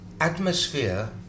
atmosphere